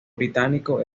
británico